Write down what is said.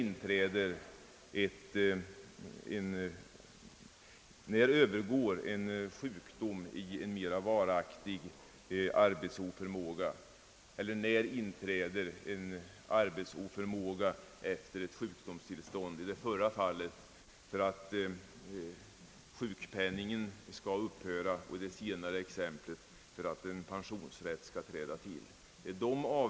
När övergår en sjukdom till en mera varaktig arbetsoförmåga, eller när inträder arbetsoförmåga efter ett sjukdomstillstånd för att sjukpenningen i det förra fallet skall upphöra och i det senare fallet för att pensionsrätt skall träda till?